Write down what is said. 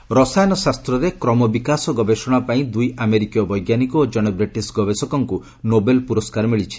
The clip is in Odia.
ନୋବେଲ୍ ରସାୟନ ଶାସ୍ତ୍ରରେ କ୍ରମ ବିକାଶ ଗବେଷଣା ପାଇଁ ଦୁଇ ଆମେରିକୀୟ ବୈଜ୍ଞାନିକ ଓ ଜଣେ ବ୍ରିଟିଶ୍ ଗବେଷକଙ୍କୁ ନୋବେଲ୍ ପୁରସ୍କାର ମିଳିଛି